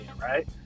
right